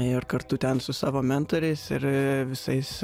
ir kartu ten su savo mentoriais ir visais